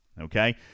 Okay